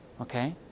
Okay